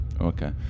Okay